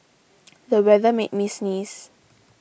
the weather made me sneeze